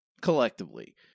collectively